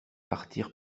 partir